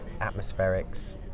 atmospherics